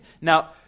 Now